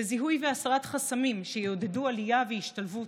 זיהוי והסרת חסמים שיעודדו עלייה והשתלבות,